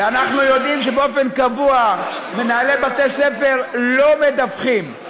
ואנחנו יודעים שבאופן קבוע מנהלי בתי-ספר לא מדווחים,